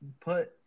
put